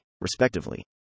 respectively